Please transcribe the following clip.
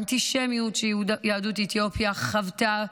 האנטישמיות שיהדות אתיופיה חוותה,